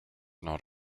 not